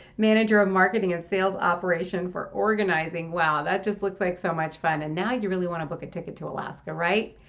manager of marketing and sales operation for organizing. wow, that looks like so much fun, and now you really want to book a ticket to alaska, right?